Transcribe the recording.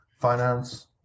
finance